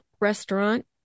restaurant